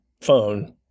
phone